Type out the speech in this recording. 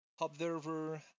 Observer